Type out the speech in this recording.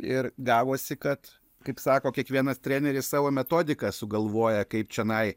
ir gavosi kad kaip sako kiekvienas treneris savo metodiką sugalvoja kaip čionai